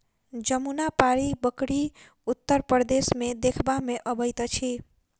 जमुनापारी बकरी उत्तर प्रदेश मे देखबा मे अबैत अछि